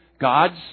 gods